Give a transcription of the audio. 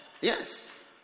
Yes